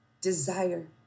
Desire